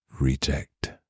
Reject